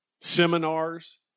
seminars